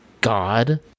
god